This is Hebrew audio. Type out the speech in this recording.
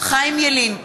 חיים ילין,